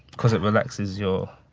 cause it relaxes your,